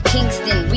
Kingston